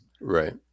right